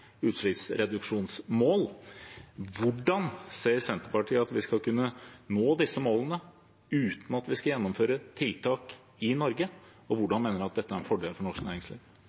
utslippsreduksjonen. Hvordan ser Senterpartiet at vi skal kunne nå disse målene uten å gjennomføre tiltak i Norge? Og hvordan mener han at dette er en fordel for norsk næringsliv?